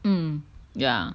mm yeah